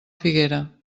figuera